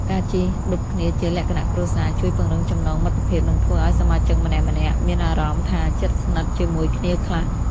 ការជិះឌុបគ្នាជាលក្ខណៈគ្រួសារជួយពង្រឹងចំណងមិត្តភាពនិងធ្វើឱ្យសមាជិកម្នាក់ៗមានអារម្មណ៍ថាជិតស្និទ្ធជាមួយគ្នាខ្លាំង។